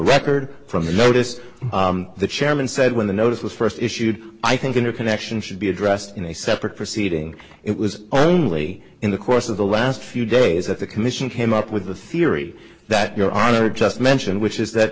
record from the notice the chairman said when the notice was first issued i think interconnection should be addressed in a separate proceeding it was only in the course of the last few days that the commission came up with a theory that your honor just mentioned which is that